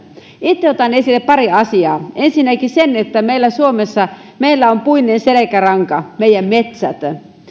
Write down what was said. itse otan esille pari asiaa ensinnäkin sen että suomessa meillä on puinen selkäranka meidän metsät